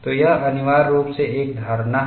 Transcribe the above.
तो यह अनिवार्य रूप से एक धारणा है